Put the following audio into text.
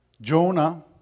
Jonah